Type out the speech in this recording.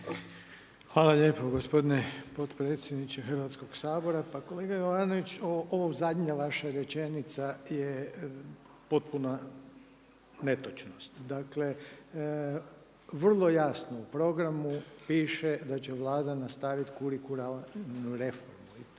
Hvala lijepo gospodine potpredsjedniče Hrvatskog sabora. Ova zadnja vaša rečenica je potpuna netočnost. Dakle, vrlo jasno u programu piše da će Vlada nastaviti kurikularnu reformu,